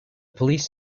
police